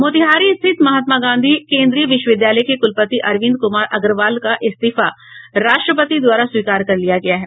मोतिहारी स्थित महात्मा गांधी केन्द्रीय विश्वविद्यालय के कुलपति अरविंद कुमार अग्रवाल का इस्तीफा राष्ट्रपति द्वारा स्वीकार कर लिया गया है